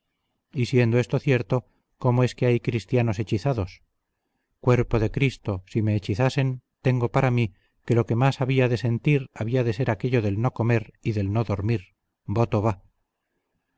siendo esto cierto cómo es que hay cristianos hechizados cuerpo de cristo si me hechizasen tengo para mí que lo que más había de sentir había de ser aquello del no comer y del no dormir voto va